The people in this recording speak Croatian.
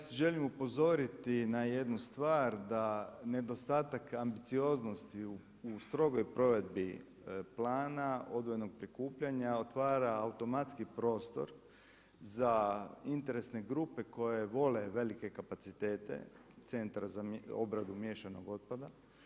Dakle, ja želim upozoriti na jednu stvar da nedostatak ambicioznosti u strogoj provedbi Plana odvojenog prikupljanja otvara automatski prostor za interesne grupe koje vole velike kapacitete Centra za obradu miješanog otpada.